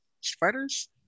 spiders